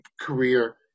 career